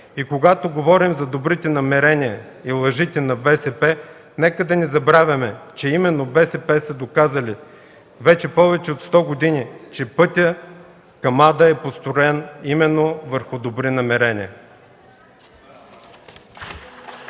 И когато говорим за добрите намерения и лъжите на БСП, нека да не забравяме, че именно БСП са доказали вече повече от сто години, че пътят към ада е построен именно върху добри намерения.